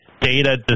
data